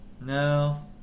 No